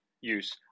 use